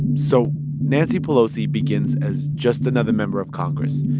so nancy pelosi begins as just another member of congress,